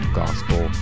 gospel